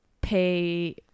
pay